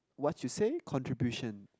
what you say contribution